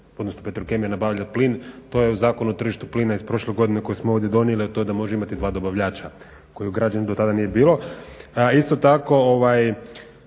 odnosno Petrokemija nabavljati plin. To je u Zakonu o tržištu plina iz prošle godine koji smo ovdje donijeli, a to je da može imati dva dobavljača koji je ugrađen, do tada nije bilo.